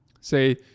say